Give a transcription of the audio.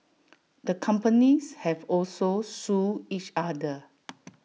the companies have also sued each other